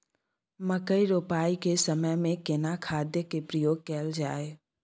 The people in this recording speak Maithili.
मकई रोपाई के समय में केना खाद के प्रयोग कैल जाय?